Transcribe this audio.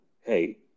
Hey